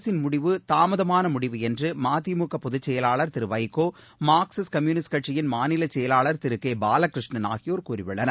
அரசின் முடிவு தாமதமான முடிவு என்று மதிமுக பொதுச்செயலாளர் திரு வைகோ மார்க்சிஸ்ட் கம்யூனிஸ்ட் கட்சியின் மாநில செயலாளர் திரு கே பாலகிருஷ்ணன் ஆகியோர் கூறியுள்ளனர்